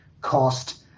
cost